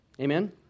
Amen